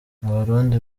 abarundi